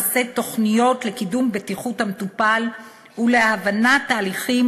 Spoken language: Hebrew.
למסד תוכניות לקידום בטיחות המטופל ולהבנת תהליכים